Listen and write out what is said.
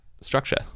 structure